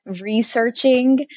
researching